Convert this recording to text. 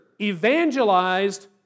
evangelized